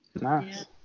Nice